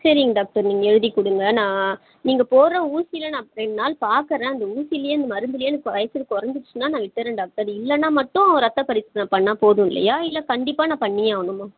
சரிங்க டாக்டர் நீங்கள் எழுதி கொடுங்க நான் நீங்கள் போடுற ஊசியில் நான் ரெண்டு நாள் பார்க்கறேன் அந்த ஊசிலையே அந்த மருத்துலையே எனக்கு காய்ச்சல் கொறஞ்சிடுச்சுன்னா நான் விட்டுடர்றேன் டாக்டர் இல்லைனா மட்டும் ரத்த பரிசோதனை பண்ணிணா போதுமில்லையா இல்லை கண்டிப்பாக நான் பண்ணியே ஆகணுமா